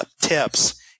tips